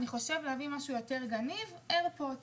אני חושב להביא משהו יותר גניב איירפודס,